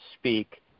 speak